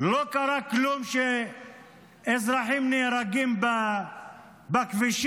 לא קרה כלום כשאזרחים נהרגים בכבישים.